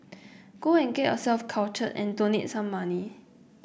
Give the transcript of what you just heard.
go and get yourself cultured and donate some money